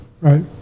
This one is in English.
Right